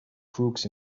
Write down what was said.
crooks